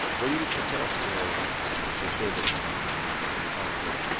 what do you do to prepare for the shows that you're on when you're when you're commentating?